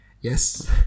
Yes